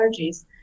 allergies